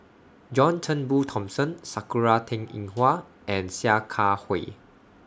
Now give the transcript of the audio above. John Turnbull Thomson Sakura Teng Ying Hua and Sia Kah Hui